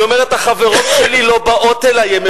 היא אומרת: החברות שלי לא באות אלי.